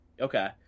Okay